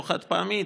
היא לא חד-פעמית,